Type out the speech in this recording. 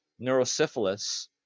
neurosyphilis